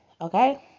okay